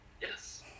Yes